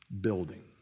building